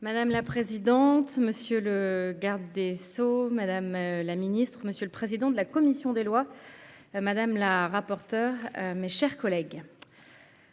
Madame la présidente, monsieur le garde des sceaux, Madame la Ministre, Monsieur le président de la commission des lois, madame la rapporteure, mes chers collègues.